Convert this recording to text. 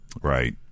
Right